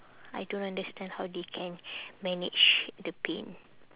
I don't understand how they can manage the pain